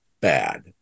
bad